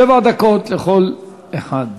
שבע דקות לכל אחד.